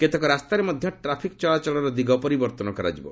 କେତେକ ରାସ୍ତାରେ ମଧ୍ୟ ଟ୍ୱାଫିକ୍ ଚଳାଚଳର ଦିଗ ପରିବର୍ଭନ କରାଯିବ